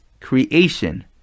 creation